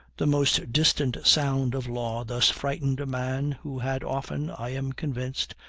the most distant sound of law thus frightened a man who had often, i am convinced,